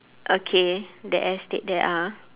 okay the estate there ah